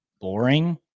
boring